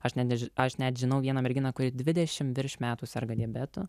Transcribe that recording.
aš net nežinau aš net žinau vieną merginą kuri dvidešimt virš metų serga diabetu